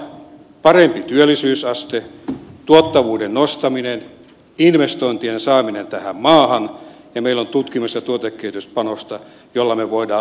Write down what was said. parempi työllisyysaste tuottavuuden nostaminen investointien saaminen tähän maahan ja meillä on tutkimus ja tuotekehityspanosta jolla me voimme uutta luoda